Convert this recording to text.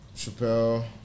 Chappelle